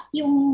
yung